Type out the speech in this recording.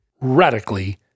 Radically